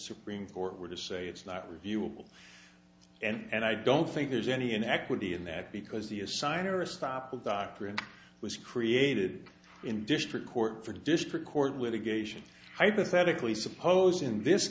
supreme court were to say it's not reviewable and i don't think there's any in equity in that because the assigner stoppel doctrine was created in district court for district court with a geisha hypothetically suppose in this